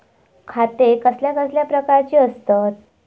खाते कसल्या कसल्या प्रकारची असतत?